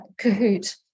cahoot